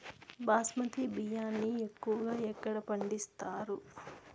బాస్మతి బియ్యాన్ని ఎక్కువగా ఎక్కడ పండిస్తారు?